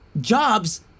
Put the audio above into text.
jobs